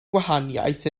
gwahaniaeth